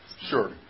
Sure